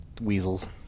weasels